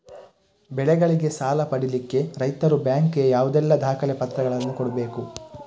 ಬೆಳೆಗಳಿಗೆ ಸಾಲ ಪಡಿಲಿಕ್ಕೆ ರೈತರು ಬ್ಯಾಂಕ್ ಗೆ ಯಾವುದೆಲ್ಲ ದಾಖಲೆಪತ್ರಗಳನ್ನು ಕೊಡ್ಬೇಕು?